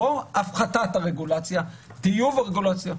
לא הפחתת הרגולציה, טיוב הרגולציה.